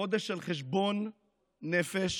חודש של חשבון נפש